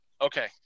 Okay